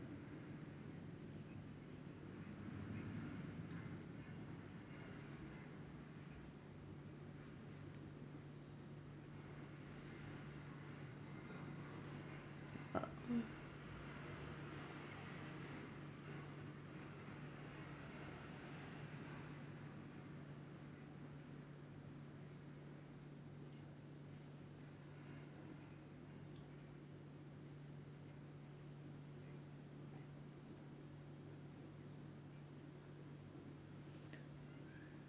uh ah